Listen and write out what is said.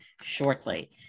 shortly